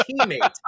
teammate